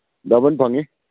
double ꯐꯪꯉꯤ